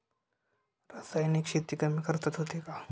रासायनिक शेती कमी खर्चात होते का?